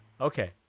okay